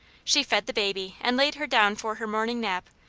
she fed the baby and laid her down for her morning nap,